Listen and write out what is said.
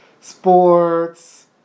sports